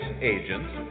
agents